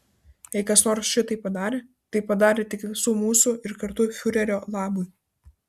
jei kas nors šitai padarė tai padarė tik visų mūsų ir kartu fiurerio labui